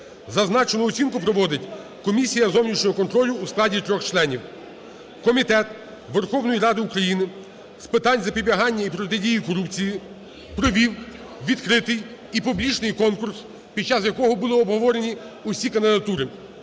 Зазначену оцінку проводить комісія зовнішнього контролю у складі трьох членів. Комітет Верховної Ради України з питань запобігання і протидії корупції провів відкритий і публічний конкурс, під час якого були обговорені усі кандидатури.